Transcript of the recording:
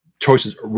choices